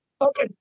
Okay